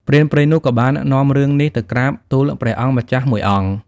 ព្រានព្រៃនោះក៏បាននាំរឿងនេះទៅក្រាបទូលព្រះអង្គម្ចាស់មួយអង្គ ។